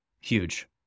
huge